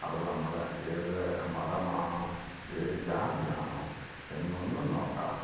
അവര് നമ്മളെ ഏത് മതമാണോ ഏത് ജാതിയാണോ എന്നൊന്നും നോക്കാതെ